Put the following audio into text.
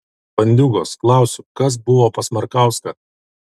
bandiūgos klausiu kas buvo pas markauską